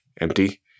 empty